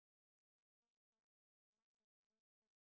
you saw three shoes oh mine is only two